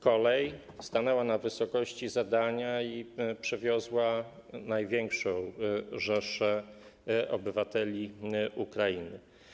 kolej stanęła na wysokości zadania i przewiozła największą rzeszę obywateli Ukrainy.